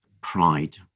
pride